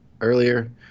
earlier